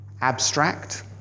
abstract